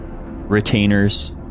retainers